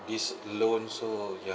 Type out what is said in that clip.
this loan so ya